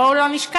בואו לא נשכח,